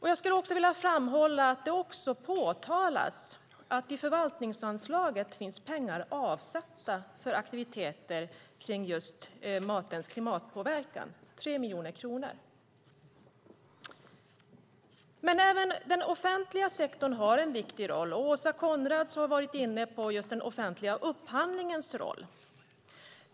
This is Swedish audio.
Jag skulle vilja framhålla att det också påtalas att det i förvaltningsanslaget finns pengar avsatta för aktiviteter kring just matens klimatpåverkan - 3 miljoner kronor. Även den offentliga sektorn har en viktig roll. Åsa Coenraads har varit inne på just den offentliga upphandlingens roll.